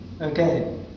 okay